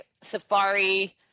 safari